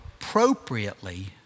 appropriately